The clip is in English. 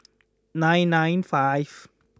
nine nine five